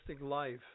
Life